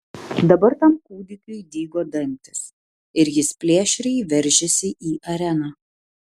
dabar tam kūdikiui dygo dantys ir jis plėšriai veržėsi į areną